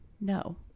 no